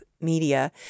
Media